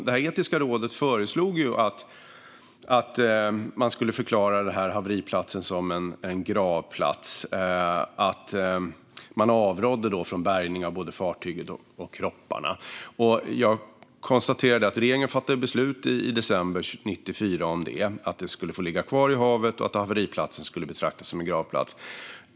Det etiska rådet föreslog att man skulle förklara haveriplatsen som en gravplats, och man avrådde från bärgning av fartyget och kropparna. Regeringen fattade i december 1994 beslut om detta: att fartyget skulle få ligga kvar i havet och att haveriplatsen skulle betraktas som en gravplats.